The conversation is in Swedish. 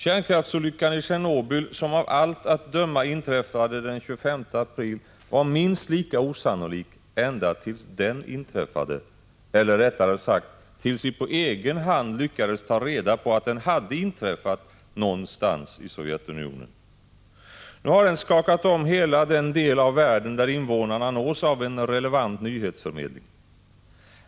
Kärnkraftsolyckan i Tjernobyl, som av allt att döma inträffade den 25 april, var minst lika osannolik ända tills den inträffade eller, rättare sagt, tills vi på egen hand lyckades ta reda på att den hade inträffat någonstans i Sovjetunionen. Nu har den skakat om hela den del av världen där invånarna nås av en relevant nyhetsförmedling.